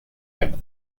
and